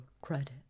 credit